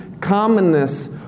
Commonness